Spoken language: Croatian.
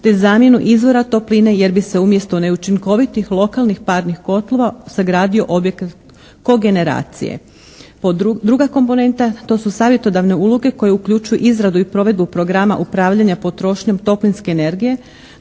te zamjenu izvora topline jer bi se umjesto neučinkovitih lokalnih parnih kotlova sagradio objekat kogeneracije. Druga komponenta to su savjetodavne uloge koje uključuju izradu i provedbu programa upravljanja potrošnjom toplinske energije,